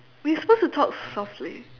we are supposed to talk softly